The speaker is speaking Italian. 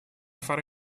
fare